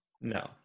No